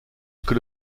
que